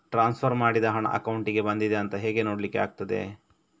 Transfer ಮಾಡಿದ ಹಣ ಅಕೌಂಟಿಗೆ ಬಂದಿದೆ ಅಂತ ಹೇಗೆ ನೋಡ್ಲಿಕ್ಕೆ ಆಗ್ತದೆ?